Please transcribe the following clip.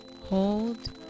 Hold